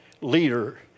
leader